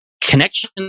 Connection